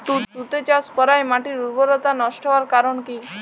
তুতে চাষ করাই মাটির উর্বরতা নষ্ট হওয়ার কারণ কি?